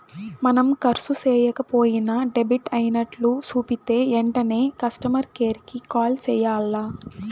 మనం కర్సు సేయక పోయినా డెబిట్ అయినట్లు సూపితే ఎంటనే కస్టమర్ కేర్ కి కాల్ సెయ్యాల్ల